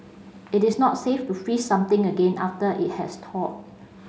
it is not safe to freeze something again after it has thawed